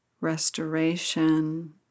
restoration